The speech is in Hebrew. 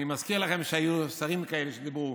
אני מזכיר לכם שהיו שרים כאלה שדיברו,